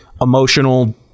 emotional